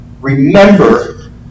Remember